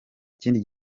kindi